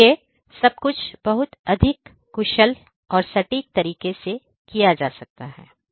इसलिए सब कुछ बहुत अधिक कुशल और सटीक तरीके से किया जा सकता है